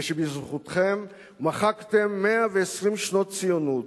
ושבזכותכם מחקתם 120 שנות ציונות